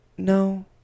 No